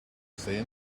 say